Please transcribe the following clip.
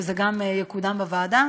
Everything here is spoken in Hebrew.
שזה גם יקודם בוועדה.